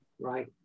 right